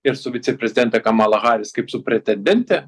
ir su viceprezidente kamala haris kaip su pretendente